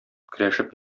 көрәшеп